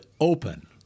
open